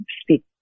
speak